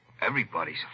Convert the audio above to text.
Everybody's